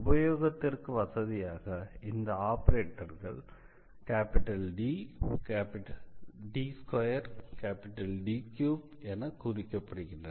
உபயோகத்திற்கு வசதியாக இந்த ஆபரேட்டர்கள் DD2D3 என குறிக்கப்படுகின்றன